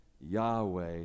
Yahweh